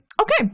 okay